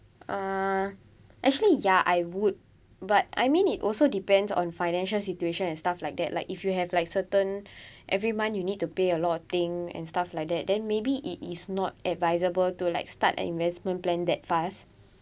uh actually ya I would but I mean it also depends on financial situation and stuff like that like if you have like certain every month you need to pay a lot of thing and stuff like that then maybe it is not advisable to like start an investment plan that fast